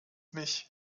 mich